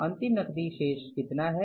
अंतिम नकदी शेष कितना है